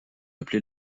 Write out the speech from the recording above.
appelé